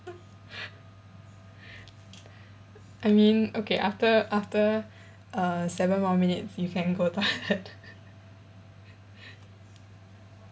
I mean okay after after err seven more minutes you can go toilet